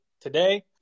today